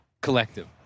collective